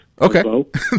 Okay